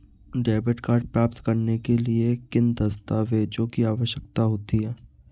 Debit card प्राप्त करने के लिए किन दस्तावेज़ों की आवश्यकता होती है?